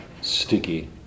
sticky